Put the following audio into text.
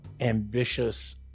ambitious